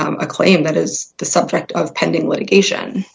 a claim that is the subject of pending litigation